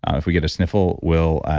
and if we get a sniffle we'll